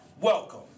welcome